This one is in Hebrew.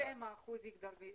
אז בהתאם האחוז יגדל.